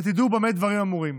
שתדעו במה דברים אמורים.